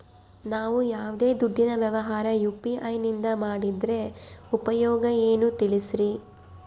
ನಾವು ಯಾವ್ದೇ ದುಡ್ಡಿನ ವ್ಯವಹಾರ ಯು.ಪಿ.ಐ ನಿಂದ ಮಾಡಿದ್ರೆ ಉಪಯೋಗ ಏನು ತಿಳಿಸ್ರಿ?